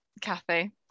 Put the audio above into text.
Kathy